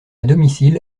domicile